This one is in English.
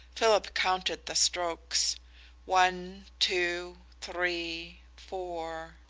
philip counted the strokes one, two, three, four,